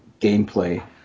gameplay